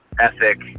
Ethic